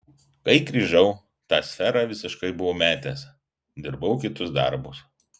kai grįžau tą sferą visiškai buvau metęs dirbau kitus darbus